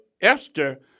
Esther